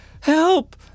Help